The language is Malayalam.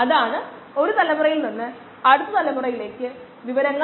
അവർ ബയോ റിയാക്ടറിൽ നിന്ന് ഒരു സാമ്പിൾ എടുക്കും ഇതാണ് പ്രൊഡക്ഷൻ റിയാക്ടർ